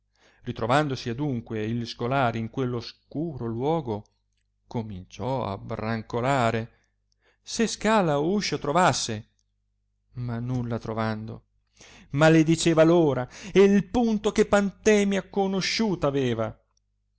ritrovandosi adunque il scolare in quello oscuro luogo cominciò brancolare se scala o uscio trovasse ma nulla trovando maladiceva l ora e il punto che pantemia conosciuta aveva